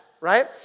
right